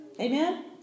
Amen